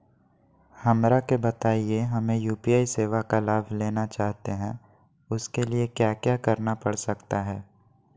हमरा के बताइए हमें यू.पी.आई सेवा का लाभ लेना चाहते हैं उसके लिए क्या क्या करना पड़ सकता है?